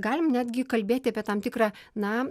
galim netgi kalbėti apie tam tikrą na